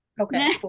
Okay